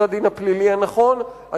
אני חושב שהדבר הזה פוגע בסדר הדין הפלילי הנכון.